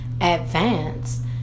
advance